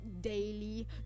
daily